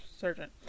surgeon